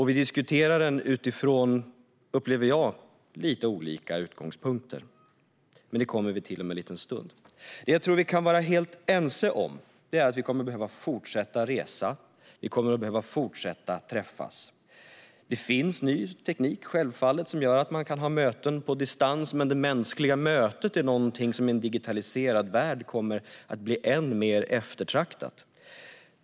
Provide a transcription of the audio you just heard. Vi diskuterar den utifrån lite olika utgångspunkter, upplever jag, men det kommer jag till om en liten stund. Det jag tror att vi kan vara helt ense om är att vi kommer att behöva fortsätta resa. Vi kommer att behöva fortsätta träffas. Det finns självfallet ny teknik som gör att man kan ha möten på distans, men det mänskliga mötet är någonting som i en digitaliserad värld kommer att bli än mer eftertraktat.